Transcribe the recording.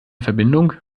verbindung